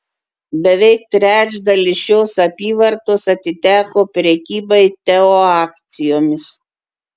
beveik trečdalis šios apyvartos atiteko prekybai teo akcijomis